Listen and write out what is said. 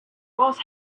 was